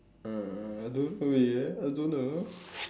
um I don't know ya I don't know